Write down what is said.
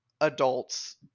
adults